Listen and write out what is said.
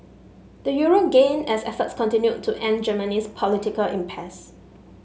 the euro gained as efforts continued to end Germany's political impasse